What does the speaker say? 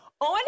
on